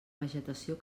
vegetació